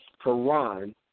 Quran